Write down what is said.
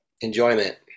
enjoyment